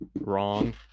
wrong